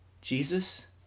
Jesus